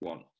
One